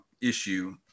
issue